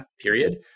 period